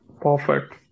Perfect